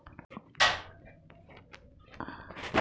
शिवम नी समुद्र सारखा तलाव बनाडीसन तेनामा सागरी शेती सुरू करेल शे